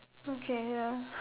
okay ya